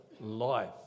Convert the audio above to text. life